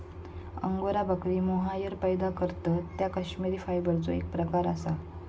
angora बकरी mohair पैदा करतत ता कश्मिरी फायबरचो एक प्रकार असा